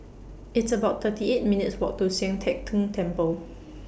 It's about thirty eight minutes' Walk to Sian Teck Tng Temple